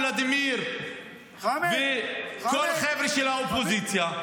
ולדימיר וכל החבר'ה של האופוזיציה,